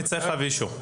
הוא יצטרך לקבל אישור.